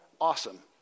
awesome